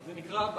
זה נקרא: